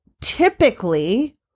typically